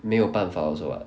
没有办法 also [what]